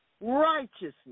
Righteousness